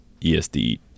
ESD